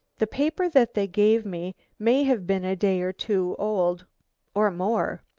the paper that they gave me may have been a day or two old or more.